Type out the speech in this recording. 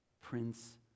Prince